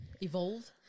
evolve